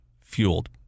fueled